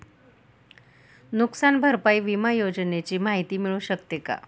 नुकसान भरपाई विमा योजनेची माहिती मिळू शकते का?